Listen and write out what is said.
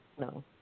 No